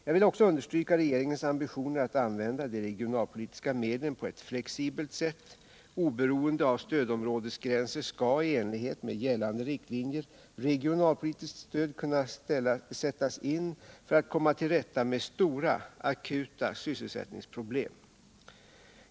Jag vill också understryka regeringens ambitioner att använda de regionalpolitiska medlen på ett flexibelt sätt. Oberoende av stödområdesgränser skall i enlighet med gällande riktlinjer regionalpolitiskt stöd kunna sättas in för att komma till rätta med stora akuta sysselsättningsproblem.